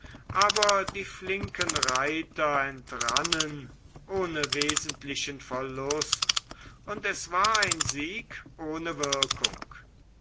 aber die flinken reiter entrannen ohne wesentlichen verlust und es war ein sieg ohne wirkung